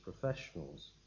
professionals